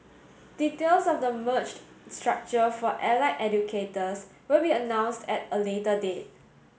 details of the merged structure for allied educators will be announced at a later date